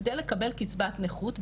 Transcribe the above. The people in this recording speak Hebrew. כדי לקבל קצבת נכות,